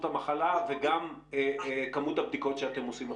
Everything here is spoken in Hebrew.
המחלה וגם כמות הבדיקות שאתם עושים עכשיו?